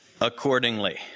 accordingly